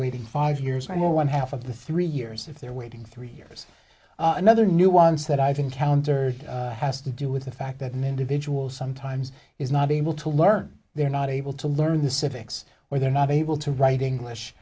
waiting five years right now one half of the three years if they're waiting three years another new ones that i've encountered has to do with the fact that mindy vidual sometimes is not able to learn they're not able to learn the civics or they're not a to write english